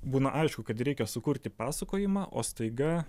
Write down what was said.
būna aišku kad reikia sukurti pasakojimą o staiga